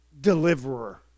deliverer